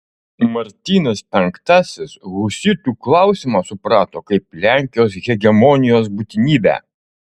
martynas penktasis husitų klausimą suprato kaip lenkijos hegemonijos būtinybę